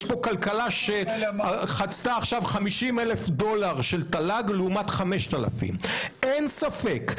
יש פה כלכלה שחצתה עכשיו 50 אלף דולר תל"ג לעומת 5,000. אין ספק,